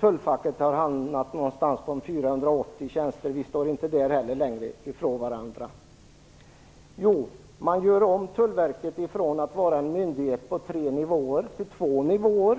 Tullfacket har hamnat på omkring 480 tjänster - inte heller där står vi längre ifrån varandra. Man gör nu om Tullverket från att vara en myndighet på tre nivåer till att vara en myndighet på två nivåer.